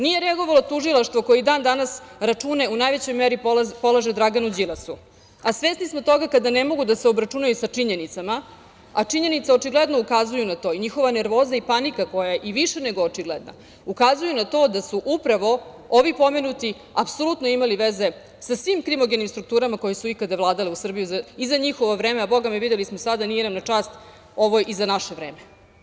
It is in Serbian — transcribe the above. Nije reagovalo ni tužilaštvo koje i dan danas račune u najvećoj meri polaže Draganu Đilasu, a svesni smo toga kada ne mogu da se obračunaju sa činjenicama, a činjenice očigledno ukazuju na to i njihova nervoza i panika koja je i više nego očigledna, ukazuje na to da su upravo ovi pomenuti apsolutno imali veze sa svim krimogenim strukturama koje su ikada vladale u Srbiji za njihovo vreme, a bogami videli smo sada, nije nam na čast ovo i za naše vreme.